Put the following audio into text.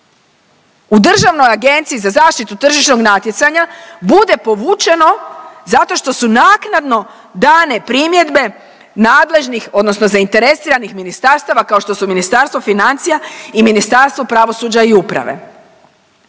u državnoj Agenciji za zaštitu tržišnog natjecanja bude povučeno zato što su naknadno dane primjedbe nadležnih odnosno zainteresiranih ministarstava kao što su Ministarstvo financija i Ministarstvo pravosuđa i uprave?